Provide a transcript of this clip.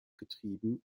getrieben